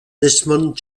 desmond